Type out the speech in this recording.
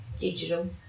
digital